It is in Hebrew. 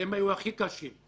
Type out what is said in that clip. הם היו הכי קשים.